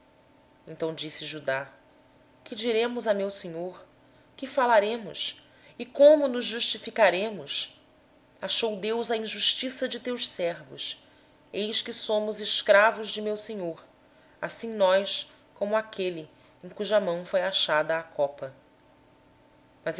adivinhar respondeu judá que diremos a meu senhor que falaremos e como nos justificaremos descobriu deus a iniqüidade de teus servos eis que somos escravos de meu senhor tanto nós como aquele em cuja mão foi achada a taça